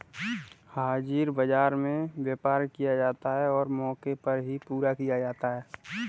हाजिर बाजार में व्यापार किया जाता है और मौके पर ही पूरा किया जाता है